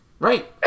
Right